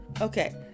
Okay